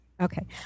Okay